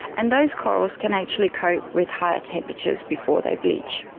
and those corals can actually cope with higher temperatures before they bleach.